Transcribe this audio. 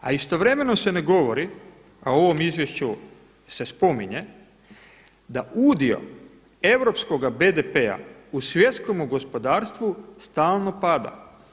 A istovremeno se ne govori, a u ovom izvješću se spominje da udio europskoga BDP-a u svjetskom gospodarstvu stalno pada.